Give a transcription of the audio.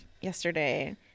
yesterday